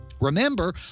Remember